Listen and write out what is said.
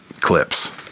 clips